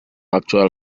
actual